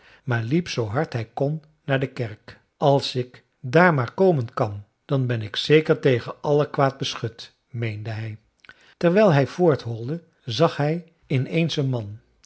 maar liep zoo hard hij kon naar de kerk als ik daar maar komen kan dan ben ik zeker tegen alle kwaad beschut meende hij terwijl hij voortholde zag hij in eens een man